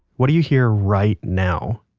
what do you hear right now?